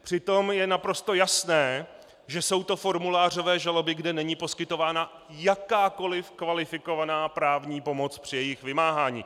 Přitom je naprosto jasné, že jsou to formulářové žaloby, kde není poskytována jakákoliv kvalifikovaná právní pomoc při jejich vymáhání.